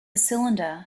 cylinder